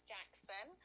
Jackson